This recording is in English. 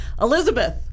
Elizabeth